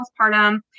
postpartum